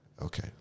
Okay